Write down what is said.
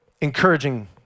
encouraging